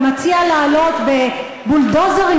ומציע לעלות בבולדוזרים,